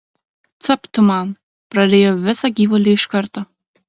capt tu man prarijo visą gyvulį iš karto